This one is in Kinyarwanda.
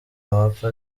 wapfa